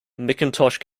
mcintosh